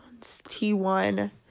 T1